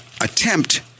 attempt